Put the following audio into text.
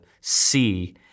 see